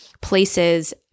places